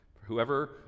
Whoever